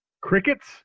crickets